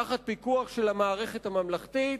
תחת פיקוח של המערכת הממלכתית,